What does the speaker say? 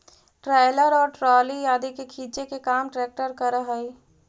trailer और trolley आदि के खींचे के काम ट्रेक्टर करऽ हई